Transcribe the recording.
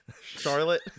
Charlotte